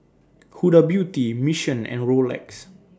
Huda Beauty Mission and Rolex